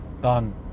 done